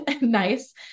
nice